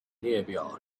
列表